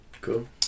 Cool